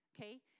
Okay